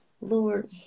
lord